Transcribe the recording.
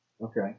Okay